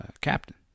Captain